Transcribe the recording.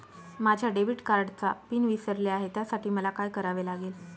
माझ्या डेबिट कार्डचा पिन विसरले आहे त्यासाठी मला काय करावे लागेल?